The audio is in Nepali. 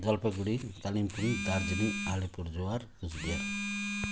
जलपाइगुडी कालिम्पोङ दार्जिलिङ अलिपुरद्वार कुच बिहार